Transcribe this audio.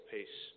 Peace